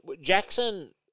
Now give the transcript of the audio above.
Jackson